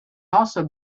also